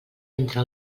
entra